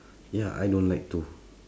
ya I don't like too